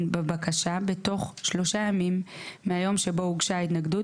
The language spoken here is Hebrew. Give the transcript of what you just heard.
בבקשה בתוך שלושה ימים מהיום שבו הוגשה ההתנגדות